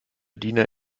diener